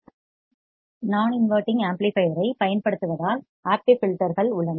நான் inverting amplifier ஐப் பயன்படுத்துவதால் ஆக்டிவ் ஃபில்டர்கள் உள்ளன